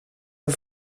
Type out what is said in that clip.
een